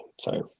Sorry